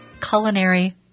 Culinary